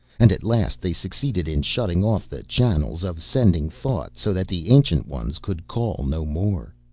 and, at last, they succeeded in shutting off the channels of sending thought so that the ancient ones could call no more.